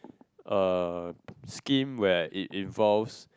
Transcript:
uh scheme where it involves